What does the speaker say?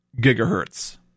gigahertz